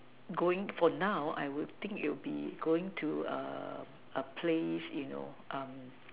going for now I would think it would be going to err a a place you know um